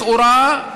לכאורה,